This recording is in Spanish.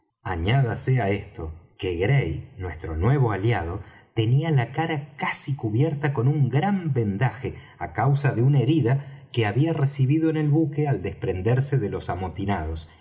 añádase á esto que gray nuestro nuevo aliado tenía la cara casi cubierta con un gran vendaje á causa de una herida que había recibido en el buque al desprenderse de los amotinados